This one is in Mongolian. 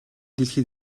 дэлхий